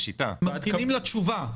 ממתינים לתשובה.